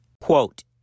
quote